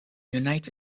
reunite